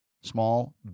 Small